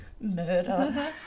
Murder